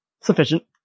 Sufficient